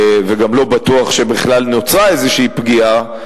וגם לא בטוח שבכלל נוצרה איזו פגיעה,